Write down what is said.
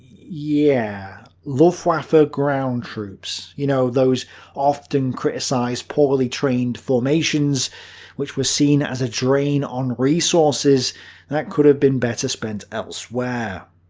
yeah luftwaffe ah ground troops. you know, those often criticised poorly-trained formations which were seen as a drain on resources that could have been better spent elsewhere?